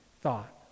thought